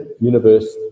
universe